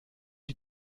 die